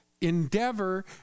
endeavor